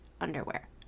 underwear